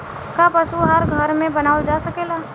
का पशु आहार घर में बनावल जा सकेला?